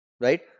right